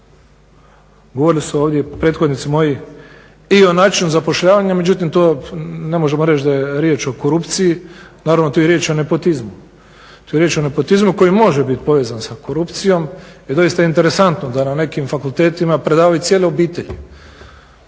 Govorili su ovdje prethodnici moji o načinu zapošljavanja, međutim, to ne možemo reći da je riječ o korupciji, naravno tu je riječ o nepotizmu, tu je riječ o nepotizmu koji može biti povezan sa korupcijom. I doista je interesantno da na nekim fakultetima predavaju cijele obitelji.